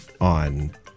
on